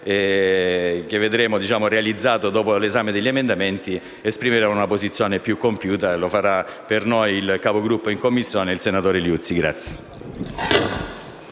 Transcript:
che vedremo realizzato dopo l'esame degli emendamenti, esprimeremo una posizione più compiuta e lo farà per noi il capogruppo in Commissione, senatore Liuzzi.